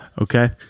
Okay